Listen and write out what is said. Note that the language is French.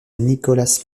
nicolas